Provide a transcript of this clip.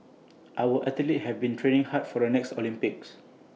our athletes have been training hard for the next Olympics